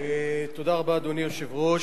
אדוני היושב-ראש,